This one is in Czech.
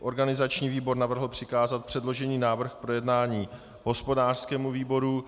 Organizační výbor navrhl přikázat předložený návrh k projednání hospodářskému výboru.